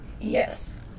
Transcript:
Yes